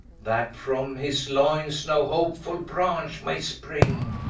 that from his loynes no hopefull branch may spring,